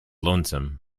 lonesome